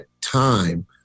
time